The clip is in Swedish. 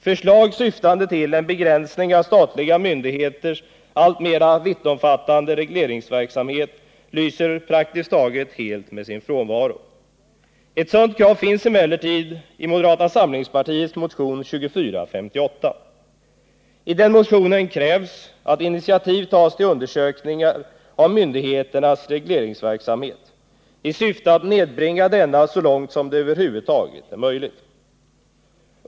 Förslag syftande till en begränsning av statliga myndigheters alltmera vittomfattande regleringsverksamhet lyser praktiskt taget helt med sin frånvaro. Ett sådant krav finns emellertid i moderata samlingspartiets motion 2458. I denna motion krävs att initiativ tas till undersökningar av myndigheternas regleringsverksamhet i syfte att nedbringa denna så långt det över huvud taget är möjligt.